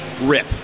rip